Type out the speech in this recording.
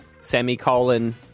semicolon